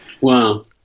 Wow